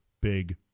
Big